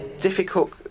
difficult